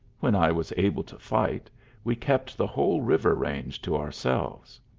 when i was able to fight we kept the whole river-range to ourselves.